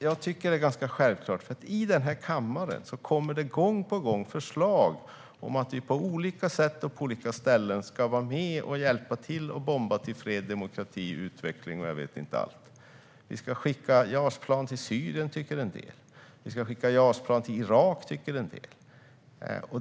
Jag tycker att det är ganska självklart, för i den här kammaren kommer det gång på gång förslag om att vi på olika sätt och på olika ställen ska vara med och hjälpa till och bomba för fred, demokrati och utveckling och jag vet inte allt. Vi ska skicka JAS-plan till Syrien, tycker en del. Vi ska skicka JAS-plan till Irak, tycker andra.